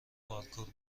پارکور